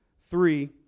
three